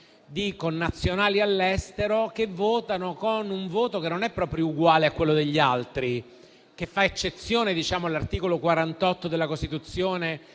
di connazionali all'estero che votano con un voto che non è proprio uguale a quello degli altri, ma fa eccezione all'articolo 48 della Costituzione,